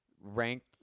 rank